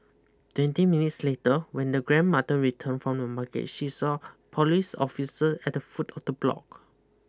twenty minutes later when the grandmother return from the market she saw police officer at the foot of the block